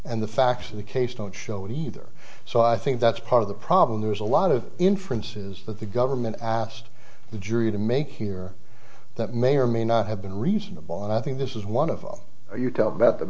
and the facts of the case don't show either so i think that's part of the problem there's a lot of inference is that the government asked the jury to make here that may or may not have been reasonable and i think this is one of you talk about the